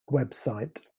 website